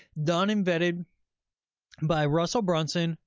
done embedded by russell brunson,